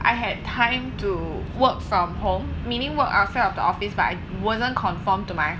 I had time to work from home meaning work outside of the office but I wasn't confined to my